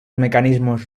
mecanismos